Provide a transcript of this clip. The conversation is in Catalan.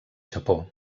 japó